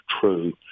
true